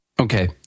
Okay